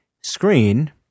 screen